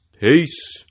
peace